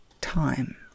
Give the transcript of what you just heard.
time